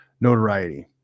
notoriety